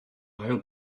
ail